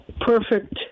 perfect